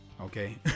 okay